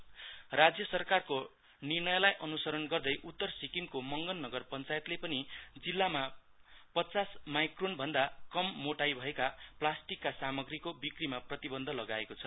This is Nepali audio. प्लास्टिक बैन्ड राज्य सराकरको निर्णयलाई अनुसरण गर्दै उत्तर सिक्किमको मगन नगर पश्चायतले पनि जिल्लामा पच्चास माईक्रोनभन्द कम मोटाईका प्लास्टिकका सामाग्रीहरुको बिक्रिमा प्रतिवन्ध लगाएको छ